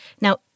Now